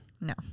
No